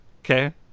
Okay